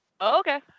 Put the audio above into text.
okay